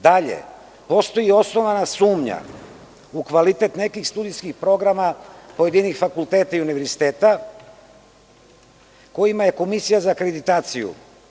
Dalje, postoji osnovana sumnja u kvalitet nekih studijskih programa pojedinih fakulteta i univerziteta, kojima je Komisija za akreditaciju…